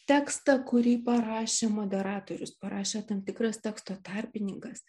tekstą kurį parašė moderatorius parašė tam tikras teksto tarpininkas